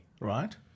right